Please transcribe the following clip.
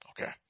Okay